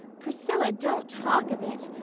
priscilla, don't talk of it.